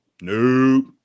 nope